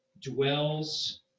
dwells